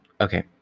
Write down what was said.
Okay